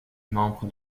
membre